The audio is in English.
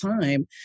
time